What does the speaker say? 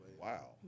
Wow